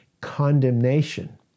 condemnation